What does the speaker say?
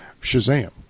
Shazam